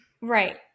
Right